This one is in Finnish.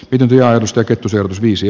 ydinainesta kettusen viisi